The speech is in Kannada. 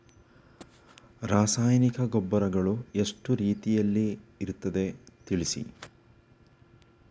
ರಾಸಾಯನಿಕ ಗೊಬ್ಬರಗಳು ಎಷ್ಟು ರೀತಿಯಲ್ಲಿ ಇರ್ತದೆ ತಿಳಿಸಿ?